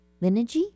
lineage